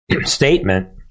statement